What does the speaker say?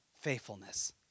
faithfulness